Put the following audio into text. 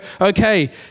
okay